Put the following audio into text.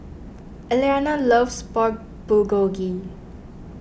Eliana loves Pork Bulgogi